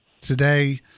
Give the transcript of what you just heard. today